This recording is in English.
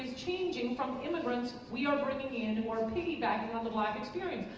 changing from immigrants we are bringing in more piggybacking on the black experience.